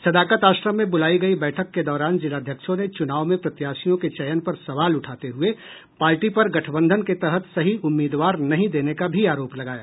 सदाकत आश्रम में बुलाई गई बैठक के दौरान जिलाध्यक्षों ने चुनाव में प्रत्याशियों के चयन पर सवाल उठाते हुए पार्टी पर गठबंधन के तहत सही उम्मीदवार नहीं देने का भी आरोप लगाया